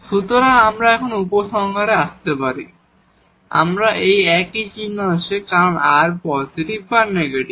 সুতরাং আমরা এখন উপসংহারে আসতে পারি যে আমাদের একই চিহ্ন আছে কারণ r পজিটিভ বা নেগেটিভ